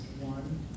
one